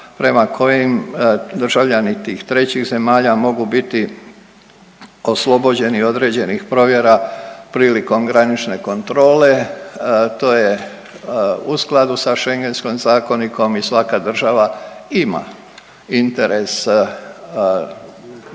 prema kojim državljani tih trećih zemalja mogu biti oslobođeni određenih provjera prilikom granične kontrole. To je u skladu sa Schengenskim zakonikom i svaka država ima interes,